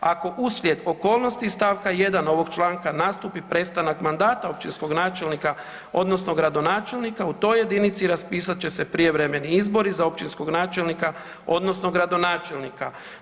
Ako uslijed okolnosti iz stavka 1. ovog članka nastupi prestanak mandata općinskog načelnika odnosno gradonačelnika u toj jedinici raspisat će se prijevremeni izbori za općinskog načelnika odnosno gradonačelnika.